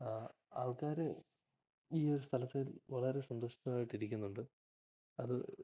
ആ ആൾക്കാര് ഈ ഒരു സ്ഥലത്തിൽ വളരെ സന്തോഷത്തോടായിട്ടിരിക്കുന്നുണ്ട് അത്